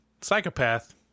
psychopath